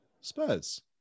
Spurs